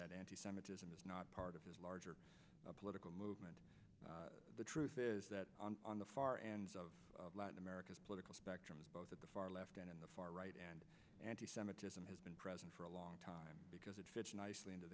that anti semitism is not part of his larger political movement the truth is that on the far ends of latin america's political spectrum both at the far left and in the far right and anti semitism has been present for a long time because it fits nicely into